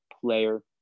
player